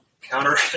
counter